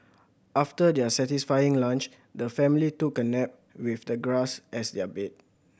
after their satisfying lunch the family took a nap with the grass as their bed